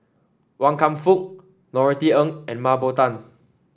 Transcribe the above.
Wan Kam Fook Norothy Ng and Mah Bow Tan